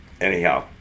Anyhow